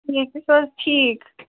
ٹھیٖک تُہۍ چھِو حظ ٹھیٖک